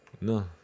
no